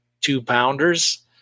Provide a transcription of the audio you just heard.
two-pounders